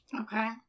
Okay